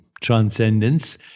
transcendence